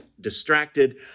distracted